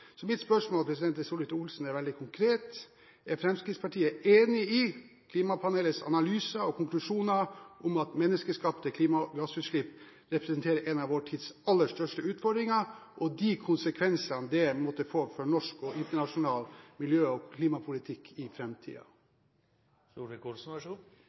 så alvorlig. I forslaget til program som skal behandles på landsmøtet, står det at partiet er skeptisk til FNs klimapanel fordi de kritiske røstene ikke slipper til. Mitt spørsmål til Solvik-Olsen er veldig konkret: Er Fremskrittspartiet enig i klimapanelets analyser og konklusjoner om at menneskeskapte klimagassutslipp representerer en av vår tids aller største utfordringer og de konsekvensene det måtte